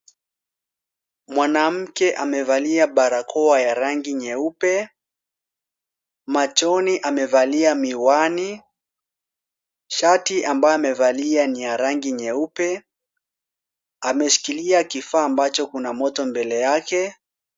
Mwanamke amevalia barakoa ya rangi nyeupe. Machoni amevalia miwani. Shati ambayo amevalia ni ya rangi nyeupe. Ameshikilia kifaa ambacho kina moto mbele yake.